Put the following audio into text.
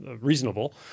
reasonable